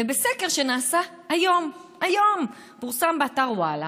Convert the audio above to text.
בסקר שנעשה היום, שהיום פורסם באתר וואלה,